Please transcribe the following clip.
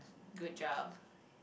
good job